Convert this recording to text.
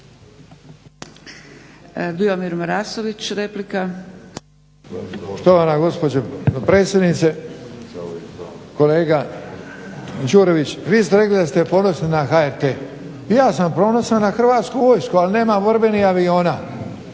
Dujomir (HDZ)** Štovana gospođo potpredsjednice, kolega Đurović vi ste rekli da ste ponosni na HRT, i ja sam ponosan na Hrvatsku vojsku ali nema borbenih aviona,